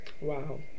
Wow